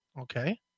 Okay